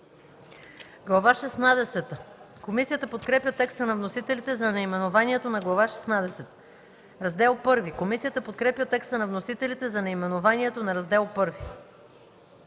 МАНОЛОВА: Комисията подкрепя текста на вносителите за наименованието на Глава седемнадесета. Комисията подкрепя текста на вносителите за наименованието на Раздел I.